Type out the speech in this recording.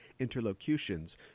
Interlocutions